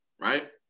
right